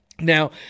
Now